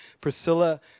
Priscilla